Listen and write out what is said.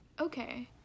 okay